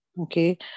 okay